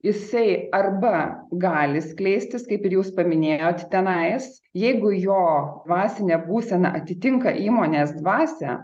jisai arba gali skleistis kaip ir jūs paminėjot tenais jeigu jo dvasinė būsena atitinka įmonės dvasią